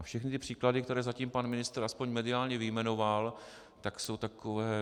Všechny ty příklady, které zatím pan ministr aspoň mediálně vyjmenoval, jsou takové...